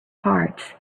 hearts